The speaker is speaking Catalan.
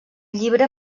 llibre